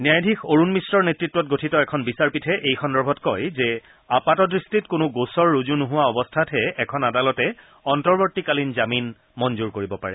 ন্যায়াধীশ অৰুণ মিশ্ৰৰ নেতৃত্ত গঠিত এখন বিচাৰপীঠে এই সন্দৰ্ভত কয় যে আপাত দৃষ্টিত কোনো গোচৰ ৰজু নোহোৱা অৱস্থাতহে এখন আদালতে অন্তৰ্তীকালীন জমিন মঙ্গুৰ কৰিব পাৰে